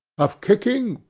of kicking,